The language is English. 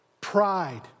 pride